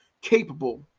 capable